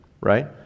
Right